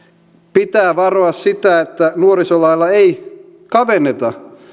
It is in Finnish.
pitää varoa sitä että nuorisolailla ei kavenneta